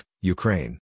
Ukraine